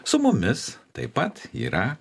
su mumis taip pat yra